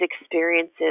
experiences